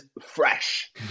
fresh